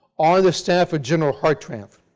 on the staff of general hartranft.